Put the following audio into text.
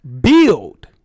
Build